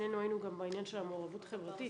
שנינו היינו גם בעניין של המעורבות החברתית.